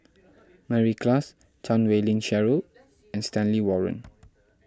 Mary Klass Chan Wei Ling Cheryl and Stanley Warren